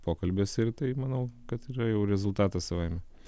pokalbiuose ir tai manau kad yra jau rezultatas savaime